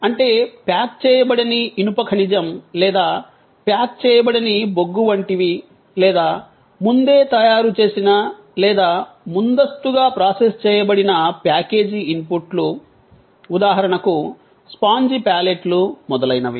అంటే ప్యాక్ చేయబడని ఇనుప ఖనిజం లేదా ప్యాక్ చేయబడని బొగ్గు వంటివి లేదా ముందే తయారుచేసిన లేదా ముందస్తుగా ప్రాసెస్ చేయబడిన ప్యాకేజీ ఇన్పుట్లు ఉదాహరణకు స్పాంజి ప్యాలెట్లు మొదలైనవి